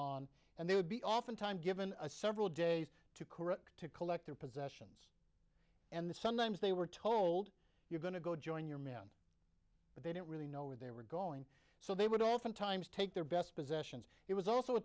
of and they would be oftentimes given a several days to correct to collect their possessions and sometimes they were told you're going to go join your men but they didn't really know where they were going so they would often times take their best possessions it was also a